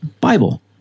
Bible